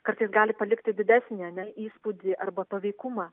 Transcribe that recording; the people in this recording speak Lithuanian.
kartais gali palikti didesnį ar ne įspūdį arba paveikumą